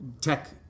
tech